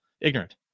ignorant